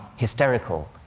hysterical